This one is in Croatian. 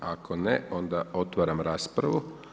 Ako ne, onda otvaram raspravu.